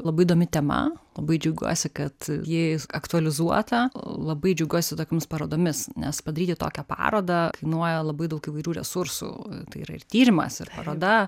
labai įdomi tema labai džiaugiuosi kad ji aktualizuota labai džiaugiuosi tokiomis parodomis nes padaryti tokią parodą kainuoja labai daug įvairių resursų tai yra ir tyrimas ir paroda